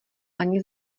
ani